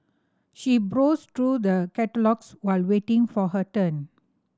she browsed through the catalogues while waiting for her turn